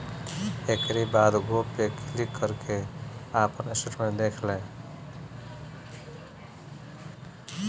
एकरी बाद गो पे क्लिक करके आपन स्टेटमेंट देख लें